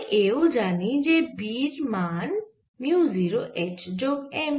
আমি এও জানি যে B মান মিউ 0 H যোগ M